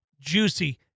juicy